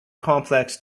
complex